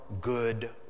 good